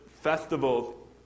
festivals